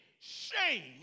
shame